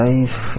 Life